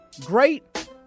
Great